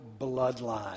bloodline